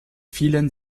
vielen